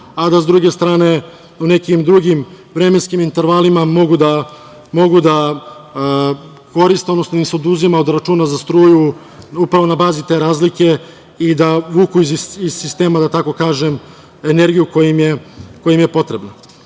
a da sa druge strane u nekim drugim vremenskim intervalima mogu da koriste, odnosno da im se oduzima od računa za struju upravo na bazi te razlike i da vuku iz sistema, da tako kažem, energiju koja im je potrebna. Tako